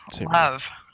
Love